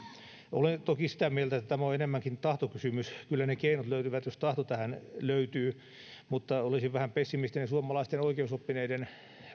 olen toki sitä mieltä että tämä on enemmänkin tahtokysymys kyllä ne keinot löytyvät jos tahto tähän löytyy mutta olisin vähän pessimistinen suomalaisten oikeusoppineiden